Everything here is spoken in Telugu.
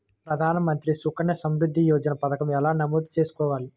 ప్రధాన మంత్రి సుకన్య సంవృద్ధి యోజన పథకం ఎలా నమోదు చేసుకోవాలీ?